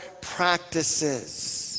practices